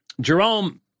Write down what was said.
Jerome